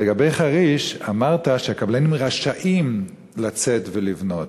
לגבי חריש, אמרת שקבלנים רשאים לצאת ולבנות.